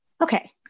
okay